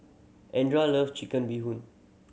Andra love Chicken Bee Hoon